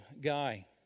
guy